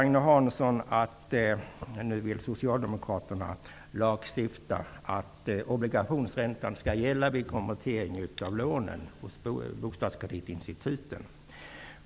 Agne Hansson sade att Socialdemokraterna nu vill lagstifta om att obligationsräntan skall gälla vid konvertering av lånen hos bostadskreditinstituten.